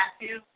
Matthew